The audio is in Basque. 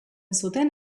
zuten